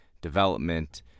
development